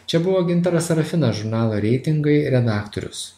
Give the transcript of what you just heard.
čia buvo gintaras sarafinas žurnalo reitingai redaktorius